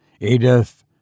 Edith